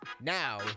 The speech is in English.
Now